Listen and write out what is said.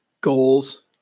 goals